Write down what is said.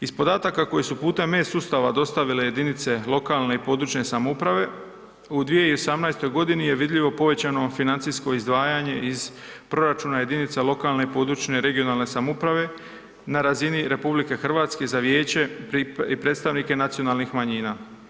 Iz podataka koje su putem e-Sustava dostavile jedinice lokalne i područne samouprave u 2018. g. je vidljivo povećano financijsko izdvajanje iz proračuna jedinice lokalne i područne (regionalne) samouprave na razini RH za Vijeće i predstavnike nacionalnih manjina.